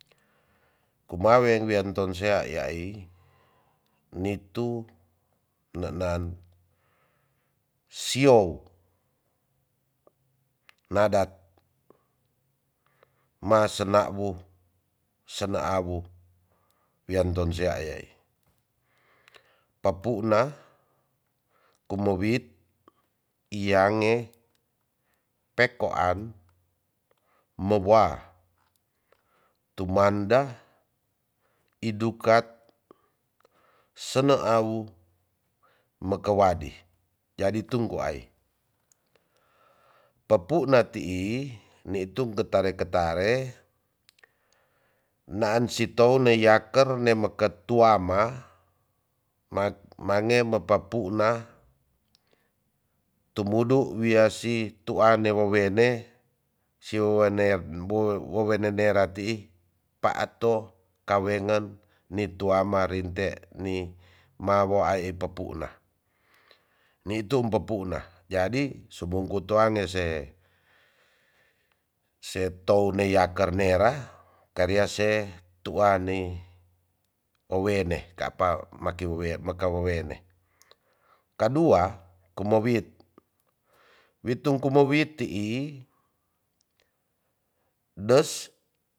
Kumaweng wiang tonsea yai nitu nanan siou nadat ma senawu sena awu wian tonsea ayai papuna kumowit iyange peko an mowa tumanda idukat sene awu mekewadi jadi tung koai papuna tii nitu ketare ketare nan setow leyaker ne meke tuama mane ma papuna tumudu wia si tuane wowene si wo wanera tii paato kawenen ni tuama rinte ni mawo awi popuna jadi su bungku toane se setow ne yaker nera karia se tuane owene kapa maka wowene kadua kunowit witung kumowit tii des.